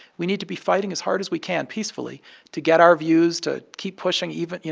we need to be fighting as hard as we can peacefully to get our views, to keep pushing even, you